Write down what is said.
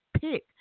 pick